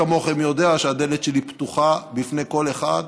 כמוכם יודע שהדלת שלי פתוחה לפני כל אחד,